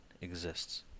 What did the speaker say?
exists